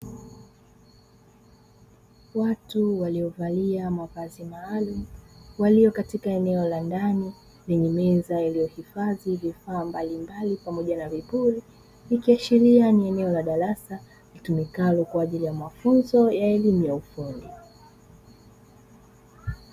Watu waliovalia mavazi maalumu waliokatika eneo la ndani lenye meza iliyohifadhi vifaa mbalimbali pamoja na vipuri, ikiashiria ni eneo la darasa litumikalo kwa ajili ya mafunzo ya elimu ya ufundi.